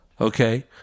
Okay